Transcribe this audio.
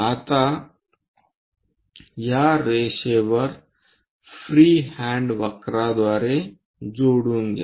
आता या रेषेवर फ्रीहँड वक्रद्वारे जोडून घ्या